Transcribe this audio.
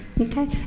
Okay